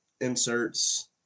inserts